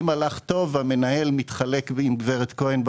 אם הלך טוב, המנהל מתחלק עם גברת כהן ברווחים,